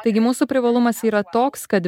taigi mūsų privalumas yra toks kad